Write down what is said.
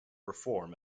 reform